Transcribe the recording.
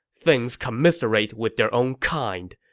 things commiserate with their own kind.